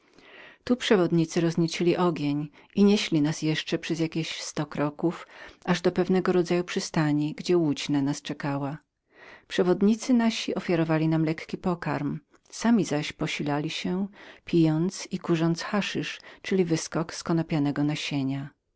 tu przewodnicy rozniecili ogień i nieśli nas jeszcze przez jakie sto kroków aż do pewnego rodzaju przystani gdzie łódź na nas czekała przewodnicy nasi ofiarowali nam lekki pokarm sami zaś posilali się pijąc i kurząc haczyh czyli wyskok